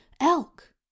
Elk